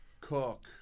Cook